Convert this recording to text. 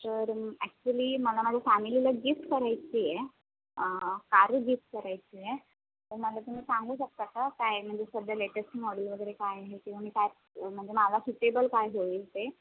तर ॲक्च्युली मला माझ्या फॅमिलीला गिफ्ट करायची आहे कारू गिफ्ट करायची आहे तर मला तुम्ही सांगू शकता का काय म्हणजे सध्या लेटेस्ट मॉडेल वगैरे काय आहे किंवा मी काय म्हणजे मला सुटेबल काय होईल ते